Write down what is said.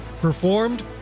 Performed